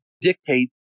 dictate